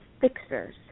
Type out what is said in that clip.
fixers